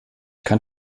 kann